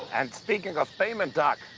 and speaking of payment, doc,